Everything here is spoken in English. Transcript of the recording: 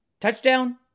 Touchdown